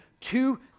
two